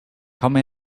come